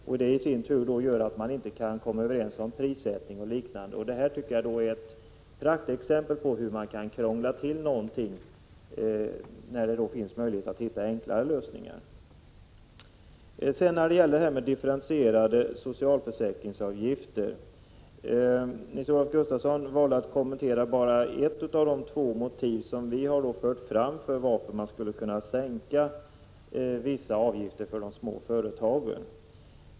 Och det i sin tur gör att man inte kan komma överens om prissättning och liknande. Det här är ett praktexempel på hur man kan krångla till någonting när det finns möjlighet att hitta enklare lösningar. I frågan om differentierade socialförsäkringsavgifter valde Nils-Olof Gustafsson att kommentera bara ett av de två motiv som vi har fört fram för en sänkning av vissa avgifter för de små företagen.